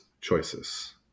choices